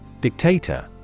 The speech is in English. dictator